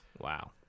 Wow